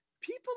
people